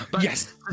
yes